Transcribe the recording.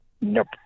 Nope